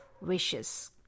wishes